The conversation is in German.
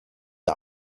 der